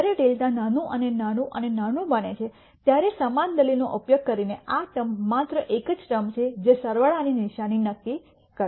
જ્યારે δ નાનું અને નાનું અને નાનું બને છે ત્યારે સમાન દલીલનો ઉપયોગ કરીને આ ટર્મ માત્ર એક જ ટર્મ છે જે સરવાળાની નિશાની નક્કી કરશે